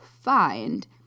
find